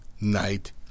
night